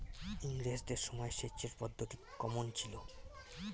ইঙরেজদের সময় সেচের পদ্ধতি কমন ছিল?